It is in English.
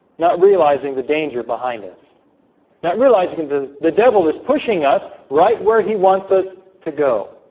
not realizing the danger behind us not realizing the the devil is pushing us right where he wants us to go